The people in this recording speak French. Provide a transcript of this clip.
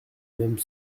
même